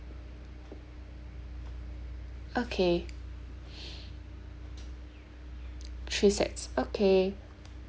okay three sets okay